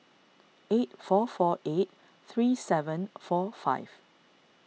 eight four four eight three seven four five